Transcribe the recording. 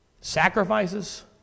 Sacrifices